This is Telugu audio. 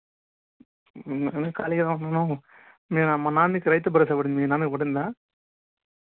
నేను ఖాళీగా ఉంటున్నాను నేను మా నాన్నకి రైతు భరోసా పడింది మీ నాన్నకి పడిందా